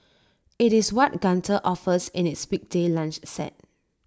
IT is what Gunther offers in its weekday lunch set